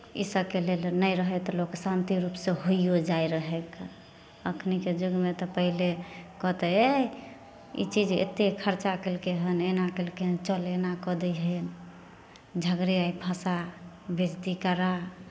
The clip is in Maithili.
इसभके लेल नहि रहय तऽ लोक शान्ति रूपसँ होइयो जाइ रहै कऽ एखनिके युगमे तऽ पहिले कहतै एइ ई चीज एतेक खर्चा केलकै हन एना केलकै हन चल एना कऽ दै हियै झगड़े आइ फँसा बेजती करा